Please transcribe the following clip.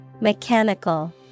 Mechanical